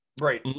Right